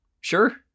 sure